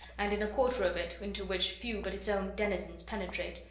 and in a quarter of it into which few but its own denizens penetrate,